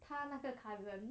他那个 cousin